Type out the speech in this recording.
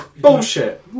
Bullshit